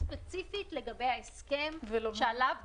ספציפית לגבי ההסכם שעליו דיברנו,